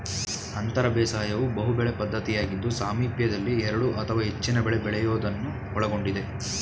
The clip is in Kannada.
ಅಂತರ ಬೇಸಾಯವು ಬಹುಬೆಳೆ ಪದ್ಧತಿಯಾಗಿದ್ದು ಸಾಮೀಪ್ಯದಲ್ಲಿ ಎರಡು ಅಥವಾ ಹೆಚ್ಚಿನ ಬೆಳೆ ಬೆಳೆಯೋದನ್ನು ಒಳಗೊಂಡಿದೆ